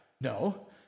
No